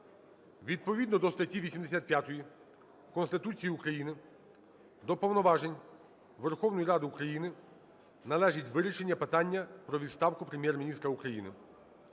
Відповідно до статі 85 Конституції України до повноважень Верховної Ради України належить вирішення питання про відставку Прем'єр-міністра України.